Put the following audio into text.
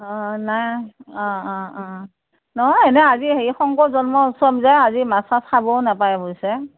অ নাই অ অ অ নহয় ইনে আজি হেৰি শংকৰ জন্ম উৎসৱ যে আজি মাছ চাছ খাবও নেপায় বুইছে